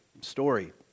story